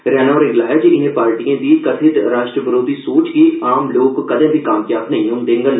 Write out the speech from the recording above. रैना होरें गलाया जे इनें पार्टिएं दी कथित राष्ट्र बरोधी सोच गी आम लोकें कदें कामयाब नेई होन देडन